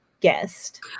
guest